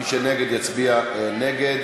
ומי שנגד יצביע נגד.